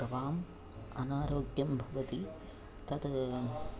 गवाम् अनारोग्यं भवति तत्